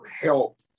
help